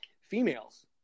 females